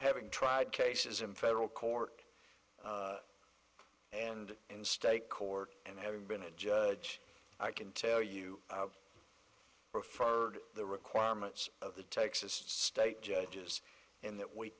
having tried cases in federal court and in state court and having been a judge i can tell you preferred the requirements of the texas state judges in that we